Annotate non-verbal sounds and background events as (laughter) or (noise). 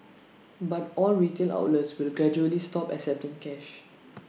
(noise) but all retail outlets will gradually stop accepting cash